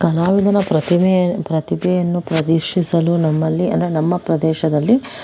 ಕಲಾವಿದನ ಪ್ರತಿಮೆ ಪ್ರತಿಭೆಯನ್ನು ಪ್ರದರ್ಶಿಸಲು ನಮ್ಮಲ್ಲಿ ಅಂದರೆ ನಮ್ಮ ಪ್ರದೇಶದಲ್ಲಿ